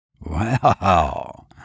Wow